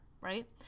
Right